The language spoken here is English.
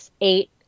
eight